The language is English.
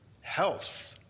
health